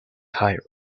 cairo